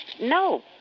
no